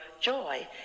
joy